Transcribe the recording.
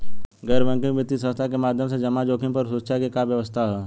गैर बैंकिंग वित्तीय संस्था के माध्यम से जमा जोखिम पर सुरक्षा के का व्यवस्था ह?